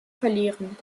verlieren